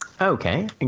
okay